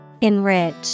Enrich